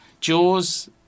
Jaws